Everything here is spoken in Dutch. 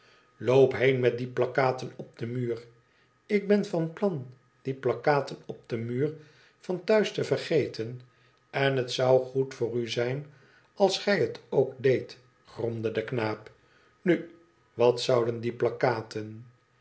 loop heen met die plakkaten op den muur ik ben van plan die plakkaten op den muur van thuis te vergeten en het zou goed voor u zijn als gii het ook deedt gromde de knaap inu wat zouden die plakkaten